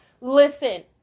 Listen